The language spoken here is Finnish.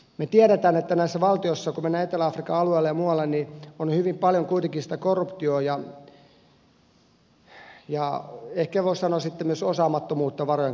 me tiedämme että näissä valtioissa kun mennään etelä afrikan alueelle ja muualle on hyvin paljon kuitenkin sitä korruptiota ja ehkä voisi sanoa myös osaamattomuutta varojen käytössä